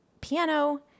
piano